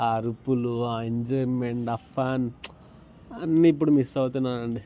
ఆ అరుపులు ఆ ఎంజాయిమెంట్ ఆ ఫన్ అన్నీ ఇప్పుడు మిస్ అవుతున్నాను అండి